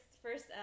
First